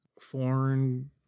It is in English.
Foreign